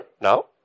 now